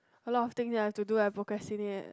a lot of things ya to do to like procrastinate